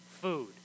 food